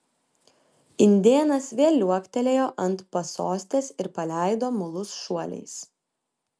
indėnas vėl liuoktelėjo ant pasostės ir paleido mulus šuoliais